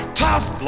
tough